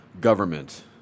government